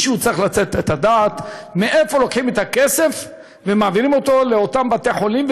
לתת את הדעת מאיפה לוקחים את הכסף ומעבירים אותו לאותם בתי-חולים,